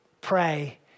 pray